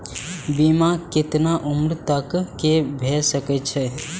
बीमा केतना उम्र तक के भे सके छै?